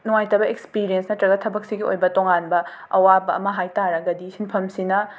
ꯅꯨꯡꯉꯥꯏꯇ ꯑꯦꯛꯁꯄꯤꯔꯤꯌꯦꯟꯁ ꯅꯠꯇ꯭ꯔꯒ ꯊꯕꯛꯁꯤꯒꯤ ꯑꯣꯏꯕ ꯇꯣꯉꯥꯟꯕ ꯑꯋꯥꯕ ꯑꯃ ꯍꯥꯏ ꯇꯥꯔꯒꯗꯤ ꯁꯤꯟꯐꯝꯁꯤꯅ